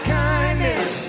kindness